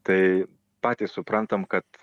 tai patys suprantam kad